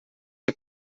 que